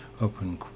open